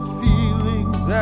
feelings